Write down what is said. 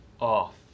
off